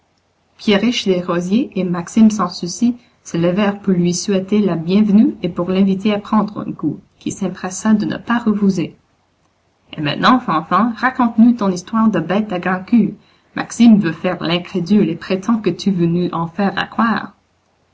pierriche desrosiers et maxime sanssouci se levèrent pour lui souhaiter la bienvenue et pour l'inviter à prendre un coup qu'il s'empressa de ne pas refuser et maintenant fanfan raconte-nous ton histoire de bête à grand'queue maxime veut faire l'incrédule et prétend que tu veux nous en faire